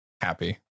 happy